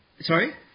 sorry